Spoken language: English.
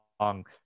long